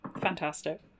Fantastic